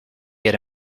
get